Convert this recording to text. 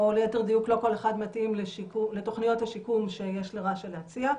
או ליתר דיוק לא כל אחד מתאים לתוכניות השיקום שיש לרש"א להציע.